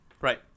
Right